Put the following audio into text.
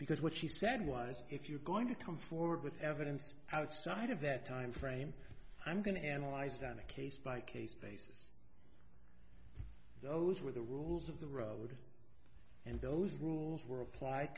because what she said was if you're going to come forward with evidence outside of that time frame i'm going to be analyzed on a case by case basis those were the rules of the road and those rules were applied